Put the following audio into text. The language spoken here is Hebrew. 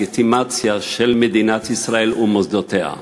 הדה-לגיטימציה של מדינת ישראל ומוסדותיה: